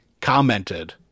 commented